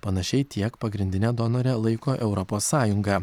panašiai tiek pagrindine donore laiko europos sąjungą